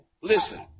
listen